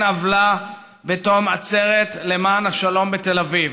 עוולה בתום עצרת למען השלום בתל אביב.